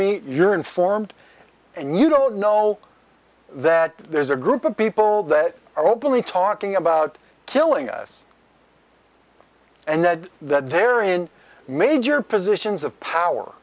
me you're informed and you don't know that there's a group of people that are openly talking about killing us and that they're in major positions of power